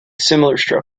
structure